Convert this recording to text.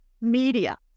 media